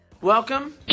Welcome